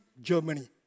Germany